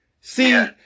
See